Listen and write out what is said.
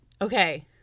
Okay